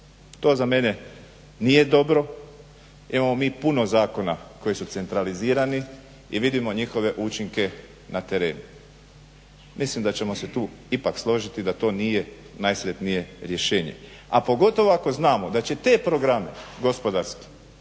To za mene nije dobro. imamo mi puno zakona koji su decentralizirani i vidimo njihove učinke na terenu. Mislim da ćemo se tu ipak složiti da to nije najsretnije rješenje. A pogotovo ako znamo da će te programe gospodarske